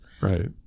Right